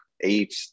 Eight